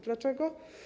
Dlaczego?